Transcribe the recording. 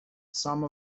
some